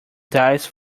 dice